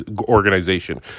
organization